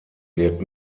wird